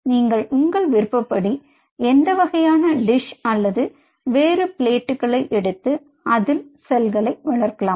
நீங்கள் உங்கள் விருப்பப்படி எந்த வகையான டிஷ் அல்லது வேறு பிளாட்டுக்களை எடுத்து அதில் செல்களை வளர்க்கலாம்